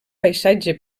paisatge